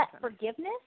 forgiveness